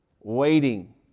waiting